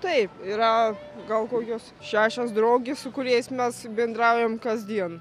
taip yra gal kokios šešios draugės su kuriais mes bendraujam kasdien